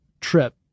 trip